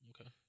Okay